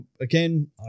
again